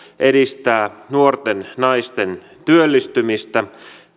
edistää nuorten naisten työllistymistä